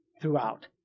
throughout